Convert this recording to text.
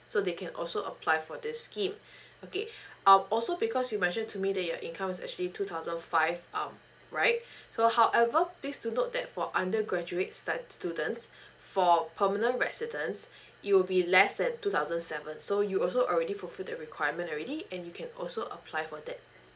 so they can also apply for this scheme okay I'll also because you mentioned to me that your income is actually two thousand five um right so however please do note that for undergraduates stu~ students for permanent residents it iwll be less than two thousand seven so you also already fulfil the requirement already and you can also apply for that